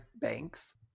Banks